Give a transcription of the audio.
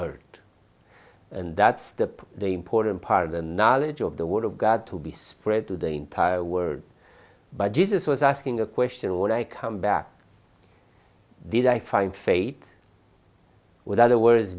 earth and that's the important part of the knowledge of the word of god to be spread through the entire word by jesus was asking a question when i come back did i find fait with other word